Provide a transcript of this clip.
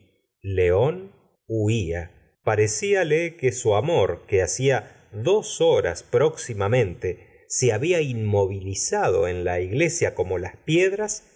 león huia parecíale que su amor que hacia dos horas próximamente se había inmovilizado en la iglesia como las piedras